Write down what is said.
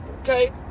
Okay